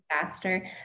faster